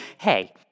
hey